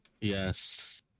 Yes